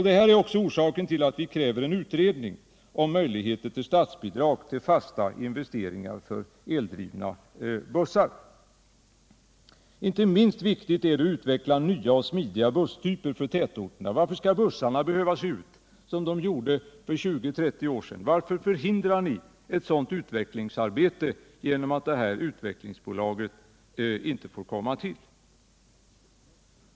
Detta är också orsaken till att vi kräver en utredning om möjligheterna till statsbidrag till fasta investeringar för eldrivna bussar. Inte minst viktigt är det att utveckla nya och smidiga busstyper för tätorterna. Varför skall bussarna behöva se ut som de gjorde för 20-30 år sedan? Varför förhindrar ni ett utvecklingsarbete genom att utvecklingsbolaget inte får komma till?